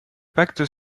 pacte